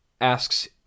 asks